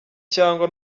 cyangwa